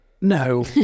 No